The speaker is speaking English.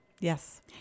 Yes